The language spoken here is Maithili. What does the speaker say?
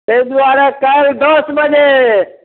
ताहि दुआरे काल्हि दस बजे